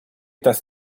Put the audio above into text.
dass